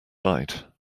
bite